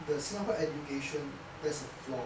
the singapore education there's a flaw